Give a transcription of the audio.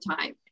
time